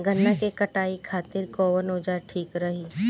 गन्ना के कटाई खातिर कवन औजार ठीक रही?